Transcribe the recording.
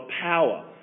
power